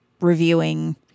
reviewing